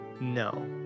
No